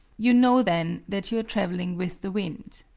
you know then that you are traveling with the wind.